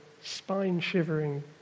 spine-shivering